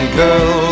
girl